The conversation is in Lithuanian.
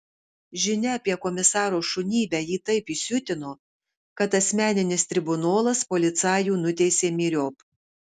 žinia apie komisaro šunybę jį taip įsiutino kad asmeninis tribunolas policajų nuteisė myriop